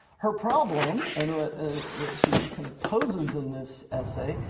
her problem, and what and what she kind of poses in this essay,